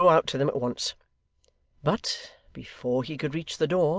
i will go out to them at once but, before he could reach the door,